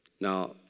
Now